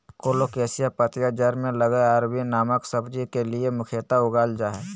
colocasia पत्तियां जड़ में लगल अरबी नामक सब्जी के लिए मुख्यतः उगाल जा हइ